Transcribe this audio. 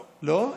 לא.